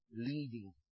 leading